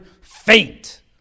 faint